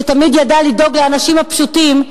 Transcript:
שתמיד ידעה לדאוג לאנשים הפשוטים,